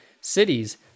cities